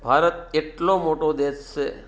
ભારત એટલો મોટો દેશ છે